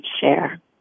share